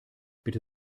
bitte